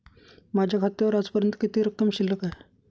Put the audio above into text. माझ्या खात्यावर आजपर्यंत किती रक्कम शिल्लक आहे?